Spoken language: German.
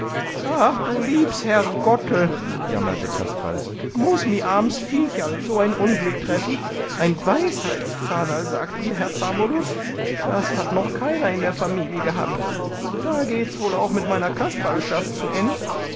ach du liebs herrgottl jammerte kasperl muß mi arms viecherl so ein unglück treffen ein weisheitszahnerl sagt ihr herr famulus das hat noch keiner in der famili gehabt da geht's wohl auch mit meiner kasperlschaft zu end